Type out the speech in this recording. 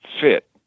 fit